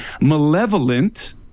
malevolent